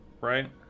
right